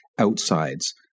outsides